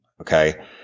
Okay